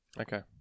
Okay